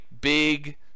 big